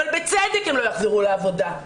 אבל בצדק הן לא יחזרו לעבודה.